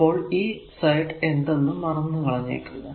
അപ്പോൾ ഈ സൈഡ് എന്തെന്ന് മറന്നു കളഞ്ഞേക്കുക